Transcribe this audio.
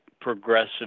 progressive